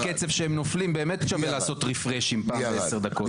בקצב שהם נופלים באמת שווה לעשות "ריפרשים" פעם בעשר דקות.